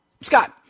Scott